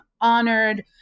honored